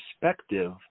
perspective